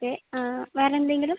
okay വേറെയെന്തെങ്കിലും